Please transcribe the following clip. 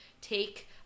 take